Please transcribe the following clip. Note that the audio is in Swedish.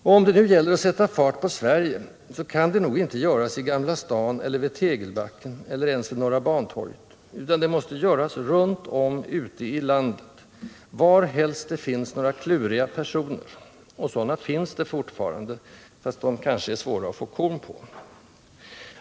Och om det nu gäller att sätta fart på Sverige, så kan det nog inte göras i Gamla Stan eller vid Tegelbacken eller ens vid Norra Bantorget, utan det måste göras runt om ute i landet, varhelst det finns några kluriga personer, och sådana finns det fortfarande, fast de kanske är svåra att få korn på.